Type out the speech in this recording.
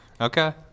Okay